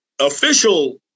official